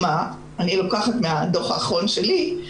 לוקחת מהדוח האחרון שלי,